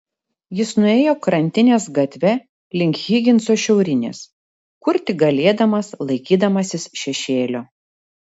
jis nuėjo krantinės gatve link higinso šiaurinės kur tik galėdamas laikydamasis šešėlio